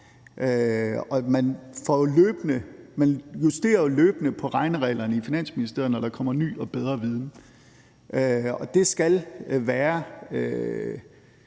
man justerer jo løbende på regnereglerne i Finansministeriet, når der kommer ny og bedre viden, og det skal være